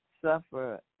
suffer